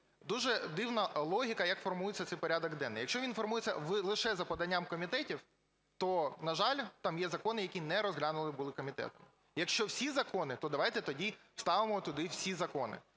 Дуже дивна логіка, як формується цей порядок денний. Якщо він формується лише за поданням комітетів, то, на жаль, там є закони, які не розглянуті були в комітеті. Якщо всі закони, то давайте тоді вставимо туди всі закони.